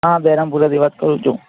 હા બહેરામપુરાથી વાત કરું છું